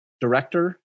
director